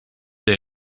dei